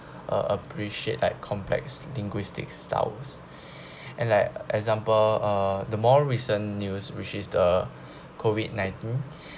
uh appreciate like complex linguistic styles and like example uh the more recent news which is the COVID nineteen